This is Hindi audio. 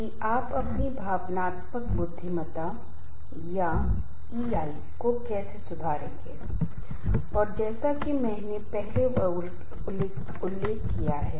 तीसरा हम तनाव के परिणामों पर विचार विमर्श करेंगे और अंत में हम तनाव के प्रबंधन के बारे में उल्लेख करेंगे